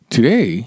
Today